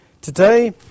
Today